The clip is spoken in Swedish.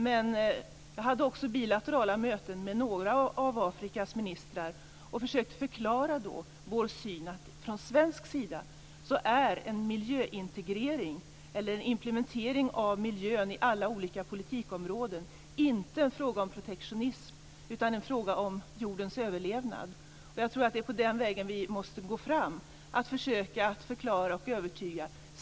Jag hade också bilaterala möten med några av Afrikas ministrar och försökte förklara vår syn, dvs. att från svensk sida är implementering av miljön i alla olika politikområden inte en fråga om protektionism utan en fråga om jordens överlevnad. Jag tror att det är på den vägen vi måste gå fram, att försöka förklara och övertyga.